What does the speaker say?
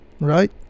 right